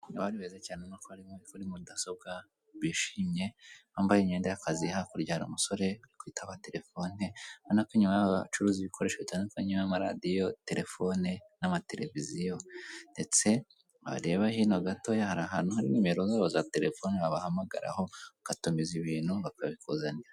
Abahagarariye emutiyeni hirya no hino mu gihugu, baba bafite aho babarizwa bagaragaza ibirango by'iryo shami bakorera rya emutiyeni, bakagira ibyapa bamanika kugira ngo bigaragaze igiciro umuntu acibwa agiye kohererereza undi amafaranga kandi bakagira n'ikayi bandikamo umwirondoro w'uwaje abagana.